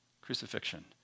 crucifixion